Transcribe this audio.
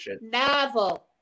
novel